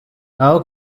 aho